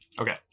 Okay